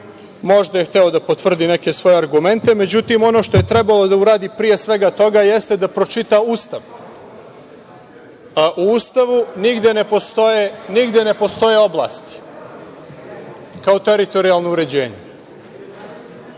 možda je hteo da potvrdi neke svoje argumente, međutim, sve ono što je trebao da uradi pre svega toga, jeste da pročita Ustav. U Ustavu nigde ne postoje oblasti kao teritorijalno uređenje. Prema